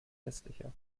hässlicher